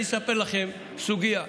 אני אספר לכם סוגיה.